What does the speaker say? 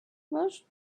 most